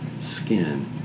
skin